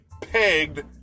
pegged